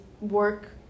work